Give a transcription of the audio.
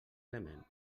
element